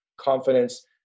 confidence